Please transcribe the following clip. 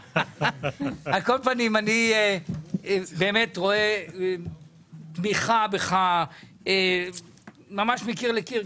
על כל פנים, אני רואה תמיכה בך ממש מקיר לקיר.